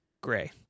gray